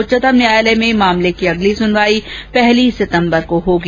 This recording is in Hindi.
उच्चतम न्यायालय में मामले की अगली सुनवाई पहली सितम्बर को होगी